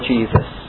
Jesus